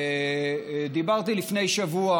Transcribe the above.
ודיברתי לפני שבוע,